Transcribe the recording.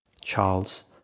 Charles